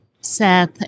Seth